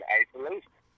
isolation